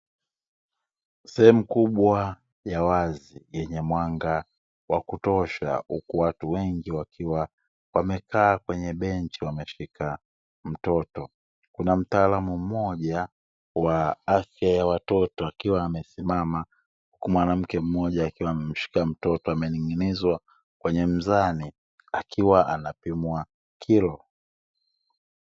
Sehemu kubwa ya wazi yenye mwanga wa kutosha uku watu wengi wakiwa wamekaa kwenye benchi wameshika mtoto, kuna mtaalamu mmoja wa afya ya watoto akiwa amesimama uku mwanamke mmoja akiwa amemshika mtoto amening'inizwa kwenye mzani akiwa anapimwa kilo.